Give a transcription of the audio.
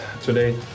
today